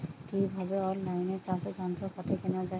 কিভাবে অন লাইনে চাষের যন্ত্রপাতি কেনা য়ায়?